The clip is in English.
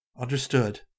Understood